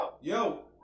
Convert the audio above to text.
yo